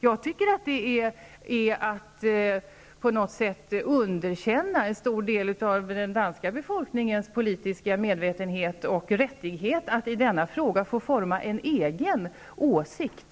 Jag tycker att det handlar om att man på något sätt vill underkänna den politiska medvetenheten hos en stor del av den danska befolkningen och dess rättighet att i denna fråga få forma en egen åsikt.